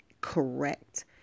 correct